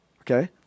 Okay